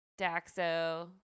Daxo